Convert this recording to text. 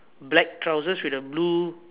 black trousers with a blue